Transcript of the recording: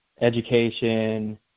education